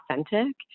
authentic